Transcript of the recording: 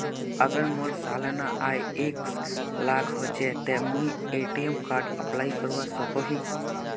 अगर मोर सालाना आय एक लाख होचे ते मुई ए.टी.एम कार्ड अप्लाई करवा सकोहो ही?